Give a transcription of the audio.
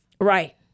Right